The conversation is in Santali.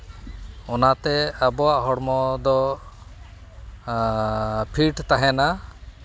ᱚᱱᱟᱛᱮ ᱟᱵᱚᱣᱟᱜ ᱦᱚᱲᱢᱚ ᱫᱚ ᱟᱻ ᱯᱷᱤᱴ ᱛᱟᱦᱮᱱᱟ